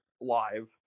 live